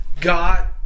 Got